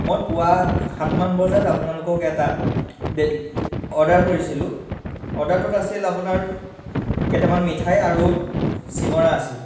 মই পুৱা সাতমান বজাত আপোনালোকক এটা অৰ্ডাৰ কৰিছিলোঁ অৰ্ডাৰটোত আছিল আপোনাৰ কেইটামান মিঠাই আৰু চিঙৰা আছিল